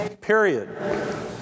Period